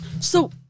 So-